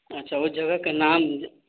अच्छा ओ जगहके नाम